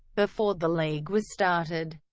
before the league was started,